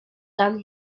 than